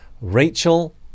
Rachel